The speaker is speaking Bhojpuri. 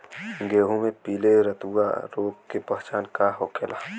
गेहूँ में पिले रतुआ रोग के पहचान का होखेला?